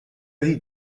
dir